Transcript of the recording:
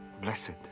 Blessed